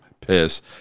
piss